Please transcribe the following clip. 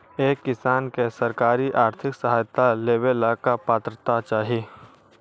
एक किसान के सरकारी आर्थिक सहायता लेवेला का पात्रता चाही?